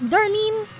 Darlene